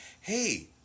hey